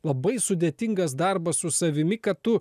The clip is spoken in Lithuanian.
labai sudėtingas darbas su savimi kad tu